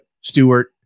Stewart